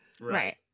Right